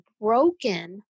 broken